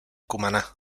cumaná